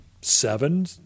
seven